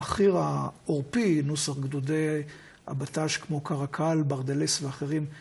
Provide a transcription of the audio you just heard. המחיר העורפי, נוסח גדודי הבט"ש כמו קרקל, ברדלס ואחרים.